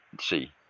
see